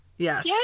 Yes